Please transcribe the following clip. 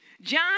John